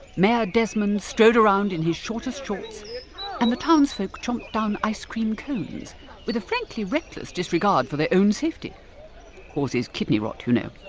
mayor desmond strode around in his shortest shorts and the townsfolk chomped down ice cream cones with a frankly reckless disregard for their own safety causes kidney rot, you know.